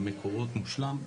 עם מקורות מושלם,